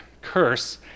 curse